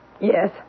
Yes